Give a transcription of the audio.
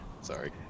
Sorry